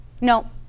No